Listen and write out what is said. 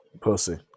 Pussy